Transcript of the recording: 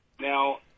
Now